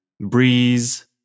Breeze